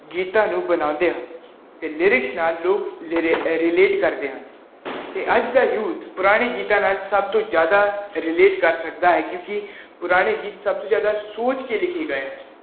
ਗੀਤਾਂ ਨੂੰ ਬਣਾਉਂਦੇ ਆ ਅਤੇ ਲਿਰਿਕਸ ਨਾਲ ਲੋਕ ਰਿਲੇ ਰਿਲੇਟ ਕਰਦੇ ਹਨ ਅਤੇ ਅੱਜ ਦਾ ਯੂਥ ਪੁਰਾਣੇ ਗੀਤਾਂ ਨਾਲ ਸਭ ਤੋਂ ਜ਼ਿਆਦਾ ਰਿਲੇਟ ਕਰ ਸਕਦਾ ਹੈ ਕਿਉਂਕਿ ਪੁਰਾਣੇ ਗੀਤ ਸਭ ਤੋਂ ਜ਼ਿਆਦਾ ਸੋਚ ਕੇ ਲਿਖੇ ਗਏ ਹੈ